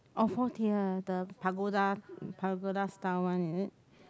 oh four tier the pagoda the pagoda style one is it